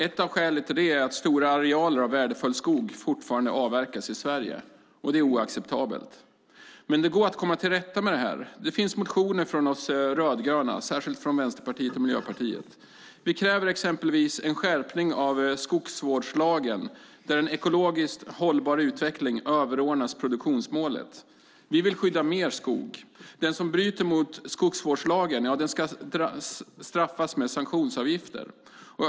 Ett av skälen till det är att stora arealer av värdefull skog fortfarande avverkas i Sverige. Det är oacceptabelt. Men det går att komma till rätta med det här. Det finns motioner från De rödgröna, särskilt från Vänsterpartiet och Miljöpartiet. Vi kräver exempelvis en skärpning av skogsvårdslagen, där en ekologiskt hållbar utveckling överordnas produktionsmålet. Vi vill skydda mer skog. Den som bryter mot skogsvårdslagen ska drabbas av sanktionsavgifter.